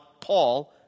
Paul